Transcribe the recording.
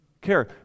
care